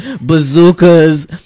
bazookas